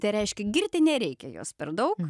tai reiškia girti nereikia jos per daug